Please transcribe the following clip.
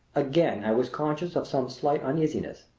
again i was conscious of some slight uneasiness.